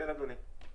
כן, אדוני.